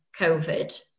Covid